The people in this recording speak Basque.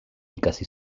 ikasi